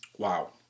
Wow